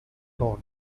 thorn